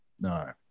No